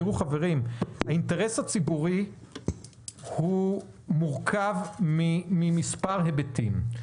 האינטרס הציבורי מורכב ממספר היבטים.